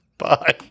bye